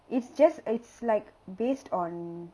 it's just it's like based on